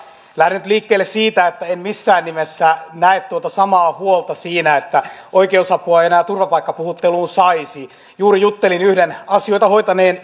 lähden nyt liikkeelle siitä että en missään nimessä näe tuota samaa huolta että oikeusapua ei enää turvapaikkapuhutteluun saisi juuri juttelin yhden asioita hoitaneen